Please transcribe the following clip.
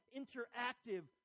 interactive